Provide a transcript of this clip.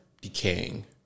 decaying